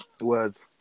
Words